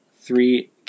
three